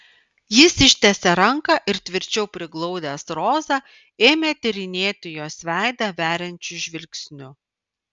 jis ištiesė ranką ir tvirčiau priglaudęs rozą ėmė tyrinėti jos veidą veriančiu žvilgsniu